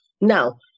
Now